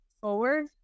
forward